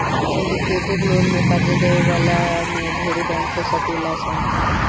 syndicated loan में कर्जा देवे वाला में ढेरे बैंक हो सकेलन सा